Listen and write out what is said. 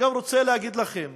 אני רוצה גם להגיד לכם: